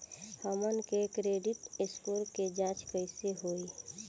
हमन के credit score के जांच कैसे होइ?